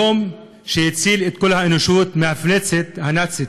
יום שהציל את כל האנושות מהמפלצת הנאצית.